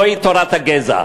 זוהי תורת הגזע.